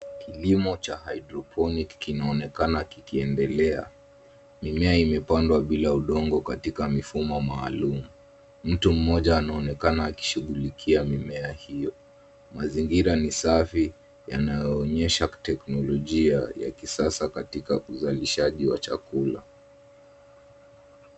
Kilimo cha haidroponiki kinaonekana kikiendelea. Mimea imepandwa bila udongo katika mifumo maalum. Mtu mmoja anaonekana akishughulikia mimea hiyo. Mazingira ni safi yanayoonyesha teknolojia ya kisasa katika uzalishaji wa chakula.